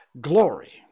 Glory